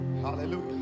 Hallelujah